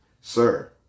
Sir